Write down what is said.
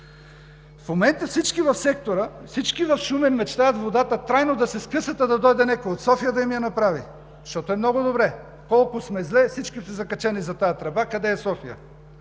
В момента всички в сектора, всички в Шумен мечтаят тръбата трайно да се скъса, та да дойде някой от София и да им я направи, защото е много добре – колко сме зле, всичките закачени за тази тръба… Къде е София?